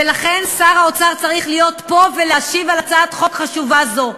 ולכן שר האוצר צריך להיות פה ולהשיב על הצעת חוק חשובה זו.